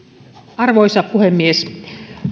arvoisa puhemies